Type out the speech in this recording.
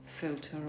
filter